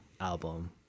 album